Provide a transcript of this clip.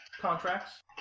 contracts